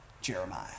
Jeremiah